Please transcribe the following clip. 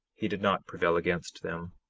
he did not prevail against them.